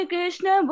Krishna